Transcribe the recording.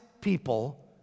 people